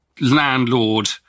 landlord